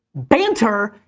banter,